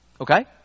Okay